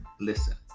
listen